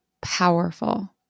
powerful